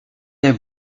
their